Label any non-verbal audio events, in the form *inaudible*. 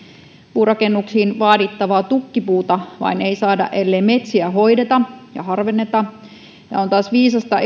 puurakennuksiin vaadittavaa tukkipuuta vain ei saada ellei metsiä hoideta ja harvenneta ja ilmastonmuutoksen kannalta on taas viisasta *unintelligible*